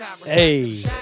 Hey